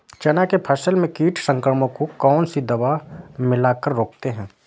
चना के फसल में कीट संक्रमण को कौन सी दवा मिला कर रोकते हैं?